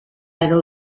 era